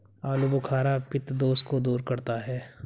आलूबुखारा पित्त दोष को दूर करता है